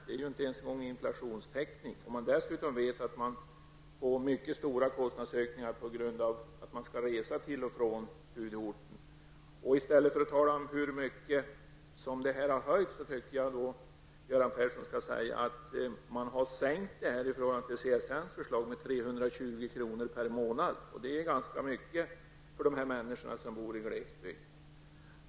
Det täcker ju inte ens inflationen. Dessutom vet man att man får mycket stora kostnadsökningar på grund av att man skall resa till och från studieorten. Jag tycker att Göran Persson, i stället för att tala om hur mycket man har höjt detta, skall tala om att man i förhållande till CSNs förslag har sänkt det här med 320 kr. per månad. Det är ganska mycket för de människor som bor i glesbygden.